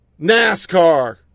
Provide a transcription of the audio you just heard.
NASCAR